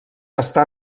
està